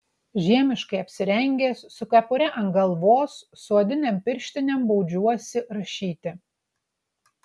žiemiškai apsirengęs su kepure ant galvos su odinėm pirštinėm baudžiuosi rašyti